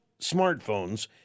smartphones